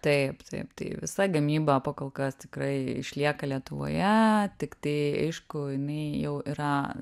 taip taip tai visa gamyba pakolkas tikrai išlieka lietuvoje tiktai aišku jinai jau yra